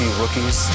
rookies